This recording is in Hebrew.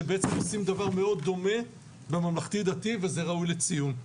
שבעצם עושים דבר מאוד דומה בממלכתי דתי וזה ראוי לציון.